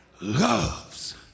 loves